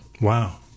Wow